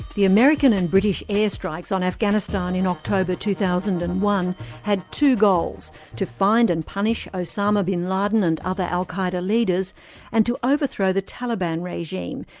the american and british air strikes on afghanistan in october two thousand and one had two goals to find and punish osama bin laden and other al qa'eda leaders and to overthrow the taliban regime,